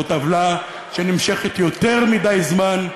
זאת עוולה שנמשכת יותר מדי זמן.